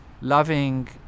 loving